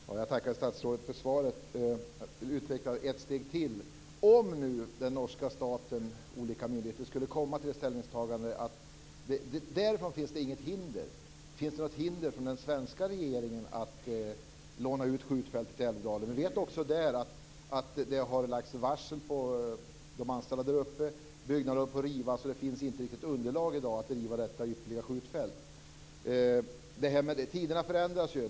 Fru talman! Jag tackar statsrådet för svaret. Jag vill utveckla frågan ett steg till. Om nu den norska staten eller olika myndigheter skulle komma fram till ställningstagandet att det därifrån inte finns något hinder, finns det något hinder från den svenska regeringens sida för att låna ut skjutfältet i Älvdalen? Vi vet också att det har lagts varsel för de anställda där uppe. Byggnader håller på att rivas. Det finns inte riktigt underlag i dag för att driva detta ypperliga skjutfält. Tiderna förändras ju.